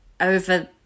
over